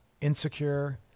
insecure